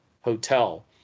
hotel